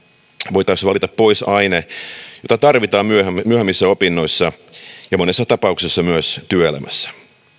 voitaisiin valita pois aine jota tarvitaan myöhemmissä opinnoissa ja monessa tapauksessa myös työelämässä